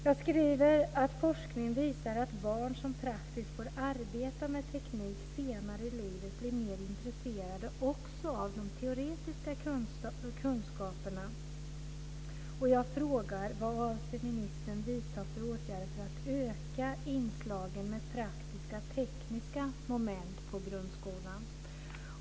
Jag skriver att forskningen visar att barn som praktiskt får arbeta med teknik senare i livet blir mer intresserade också av de teoretiska kunskaperna. Vad avser ministern vidta för åtgärder för att öka inslagen av praktiska och tekniska moment i grundskolan?